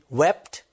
wept